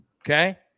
Okay